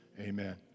Amen